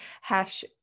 Hash